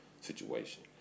situation